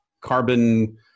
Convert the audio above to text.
carbon